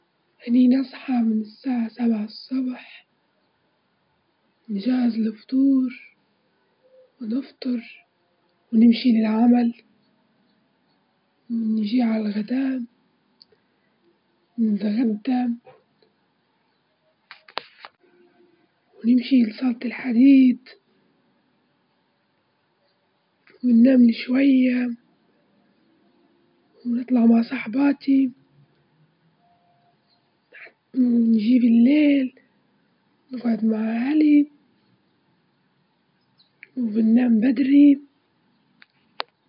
أني نصحى من الساعة سبعة الصبح، نجهز الفطور ونفطر ونمشي للعمل، ونجي على الغداء نتغدى ونمشي لصالة الحديد ونناملي شوية ونطلع مع صحباتي، ح- نجي لليل نجعد مع أهلي وبننام بدري.